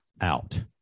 out